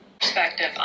Perspective